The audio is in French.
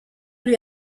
lui